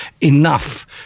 enough